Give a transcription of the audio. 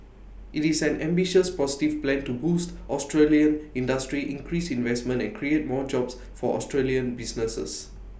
IT is an ambitious positive plan to boost Australian industry increase investment and create more jobs for Australian businesses